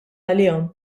għalihom